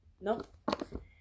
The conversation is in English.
Nope